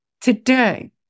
Today